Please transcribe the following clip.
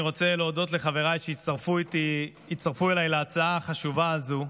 אני רוצה להודות לחבריי שהצטרפו אליי להצעה החשובה הזו.